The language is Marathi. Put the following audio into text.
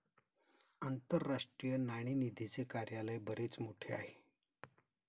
आंतरराष्ट्रीय नाणेनिधीचे कार्यालय बरेच मोठे आहे